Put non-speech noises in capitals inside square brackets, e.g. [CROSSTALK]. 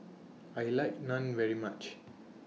I like Naan very much [NOISE]